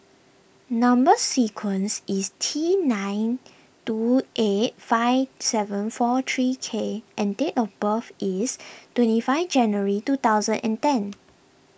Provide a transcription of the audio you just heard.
Number Sequence is T nine two eight five seven four three K and date of birth is twenty five January two thousand and ten